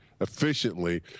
efficiently